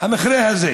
המכרה הזה.